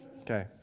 Okay